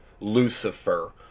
lucifer